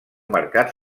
mercat